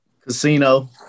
Casino